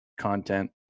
content